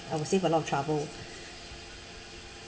I would save a lot of trouble